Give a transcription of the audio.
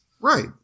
Right